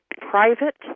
Private